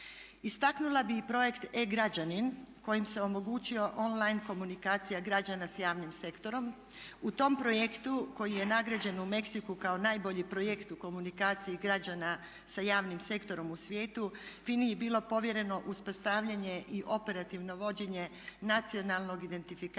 Istaknula bih i projekt e-građanin kojim se omogućio online komunikacija građana s javnim sektorom. U tom projektu koji je nagrađen u Meksiku kao najbolji projekt u komunikaciji građana sa javnim sektorom u svijetu FINA-i je bilo povjereno uspostavljanje i operativno vođenje nacionalno